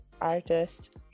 artist